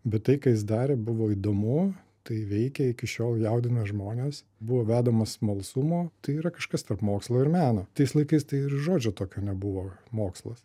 bet tai ką jis darė buvo įdomu tai veikia iki šiol jaudina žmones buvo vedamas smalsumo tai yra kažkas tarp mokslo ir meno tais laikais tai ir žodžio tokio nebuvo mokslas